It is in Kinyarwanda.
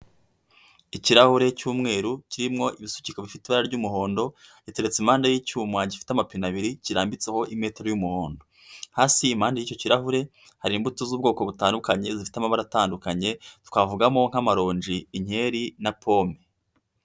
Ikirahure cy'umweru kirimo ibisukikabifite ibara ry'umuhondo, giteretse impande y'icyuma gifite amape abiri kirambitseho imetero y'umuhondo, hasi impande y'icyo kirahure hari imbuto z'ubwoko butandukanye zifite amabara atandukanye, twavugamo nk'amaronji, inkeri na pome.